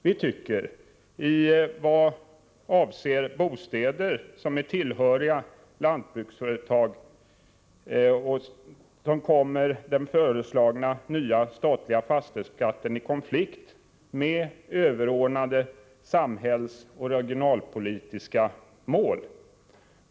Vi tycker i vad avser bostäder tillhöriga lantbruksföretag att den föreslagna nya statliga fastighets skatten kommer i konflikt med överordnade samhällsoch regionalpolitiska mål.